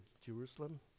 Jerusalem